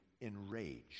enraged